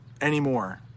anymore